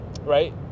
Right